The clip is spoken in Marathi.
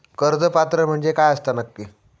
कर्ज पात्र म्हणजे काय असता नक्की?